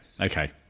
Okay